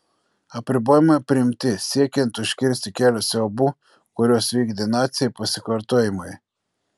apribojimai priimti siekiant užkirsti kelią siaubų kuriuos vykdė naciai pasikartojimui